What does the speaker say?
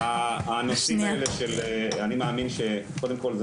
לי -- הנושאים האלה של אני מאמין שקודם כל זה